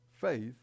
faith